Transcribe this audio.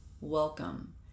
Welcome